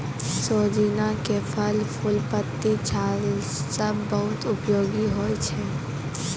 सोजीना के फल, फूल, पत्ती, छाल सब बहुत उपयोगी होय छै